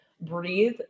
breathe